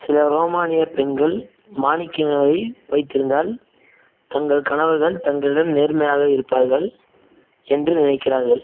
சில ரோமானிய பெண்கள் மாணிக்கங்களை வைத்திருந்தால் தங்கள் கணவர்கள் தங்களிடம் நேர்மையாக இருப்பார்கள் என்று நினைக்கிறார்கள்